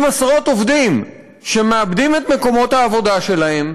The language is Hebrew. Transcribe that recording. עשרות עובדים שמאבדים את מקומות העבודה שלהם.